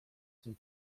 tym